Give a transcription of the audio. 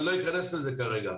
אני לא אכנס לזה כרגע.